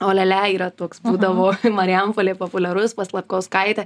o lia lia yra toks būdavo marijampolėj populiarus pas lapkauskaitę